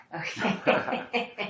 Okay